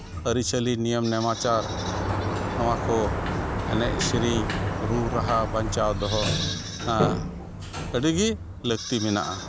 ᱟᱹᱨᱤᱼᱪᱟᱹᱞᱤ ᱱᱤᱭᱚᱢ ᱱᱮᱢᱟᱪᱟᱨ ᱱᱚᱣᱟ ᱠᱚ ᱮᱱᱮᱡ ᱥᱮᱨᱮᱧ ᱨᱩ ᱨᱟᱦᱟ ᱵᱟᱧᱪᱟᱣ ᱫᱚᱦᱚ ᱦᱮᱸ ᱟᱹᱰᱤᱜᱮ ᱞᱟᱹᱠᱛᱤ ᱢᱮᱱᱟᱜᱼᱟ